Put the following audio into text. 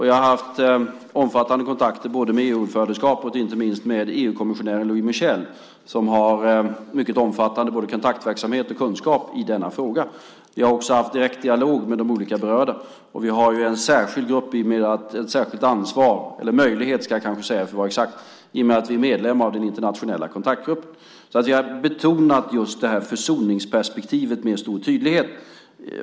Jag har haft omfattande kontakter med EU-ordförandeskapet och med EU-kommissionären Louis Michel som har mycket omfattande kontaktverksamhet och kunskap i denna fråga. Jag har också haft direktdialog med de berörda. Vi har ju en särskild möjlighet i och med att Sverige är medlem av den internationella kontaktgruppen. Vi har betonat försoningsperspektivet med stor tydlighet.